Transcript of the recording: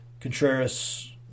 Contreras